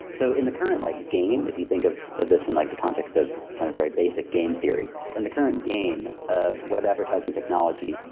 so in the current like game, if you think of this in like the context of kind of very basic game theory in the current game of web advertising technology,